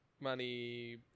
money